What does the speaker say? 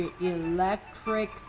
electric